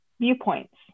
viewpoints